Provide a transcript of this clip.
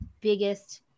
biggest